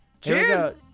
Cheers